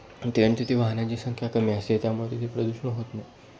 त्या तिथे वाहनांची संख्या कमी असते त्यामुळे तिथे प्रदूषण होत नाही